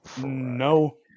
No